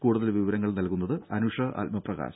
കൂടുതൽ വിവരങ്ങൾ നൽകുന്നത് അനുഷ ആത്മപ്രകാശ്